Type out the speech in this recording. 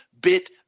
bit